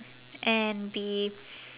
and be